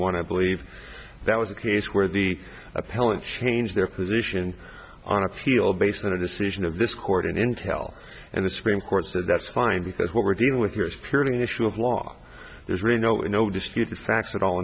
one i believe that was a case where the appellate changed their position on appeal based on a decision of this court and intel and the supreme court said that's fine because what we're dealing with your security an issue of law there's really no no dispute the facts at all